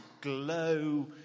glow